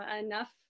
enough